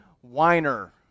whiner